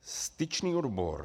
Styčný odbor.